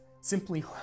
simply